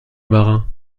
marin